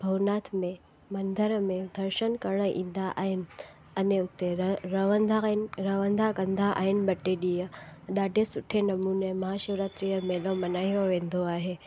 भवनाथ में मंदर में दर्शन करण ईंदा आहिनि अने तिरे रहंदा आहिनि रहंदा कंदा आहिनि ॿ टे ॾींहं ॾाढे सुठे नमूने महाशिवरात्री जो मेलो मल्हायो वेंदो आहे